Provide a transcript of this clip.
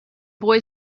boy